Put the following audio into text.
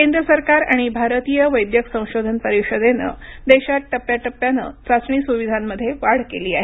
केंद्र सरकार आणि भारतीय वैद्यक संशोधन परिषदेनं देशात टप्प्याटप्प्यानं चाचणी सुविधांमध्ये वाढ केली आहे